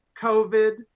covid